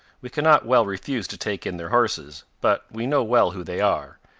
we can not well refuse to take in their horses but we know well who they are,